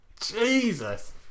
Jesus